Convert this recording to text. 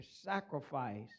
sacrifice